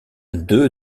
deux